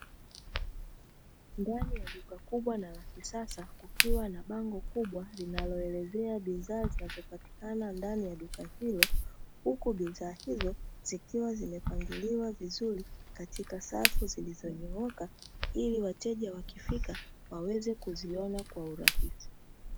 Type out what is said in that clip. Ndani ya duka kubwa na la kisasa kukiwa na bango kubwa linaloelezea bidhaa zainazopatikana ndani ya duka hilo huku bidhaa hizo zikiwa zimepangiliwa vizuri katika safu zilizonyooka ili wateja wakifika waweze kuziona kwa urahisi.